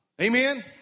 Amen